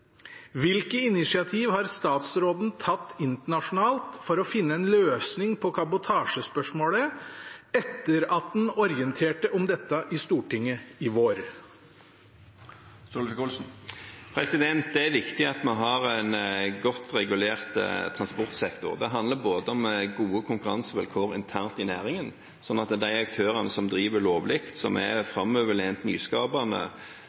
Hvilke initiativ har statsråden tatt internasjonalt for å finne en løsning på kabotasjespørsmålet etter at han orienterte om dette i Stortinget i vår?» Det er viktig at vi har en godt regulert transportsektor. Det handler både om gode konkurransevilkår internt i næringen, sånn at de aktørene som driver lovlig, som er framoverlent, nyskapende